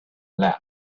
leapt